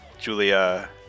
Julia